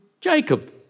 Jacob